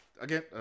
Again